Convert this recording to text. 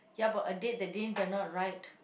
ya but a date that didn't turn out right